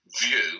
view